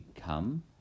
come